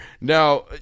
Now